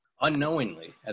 Unknowingly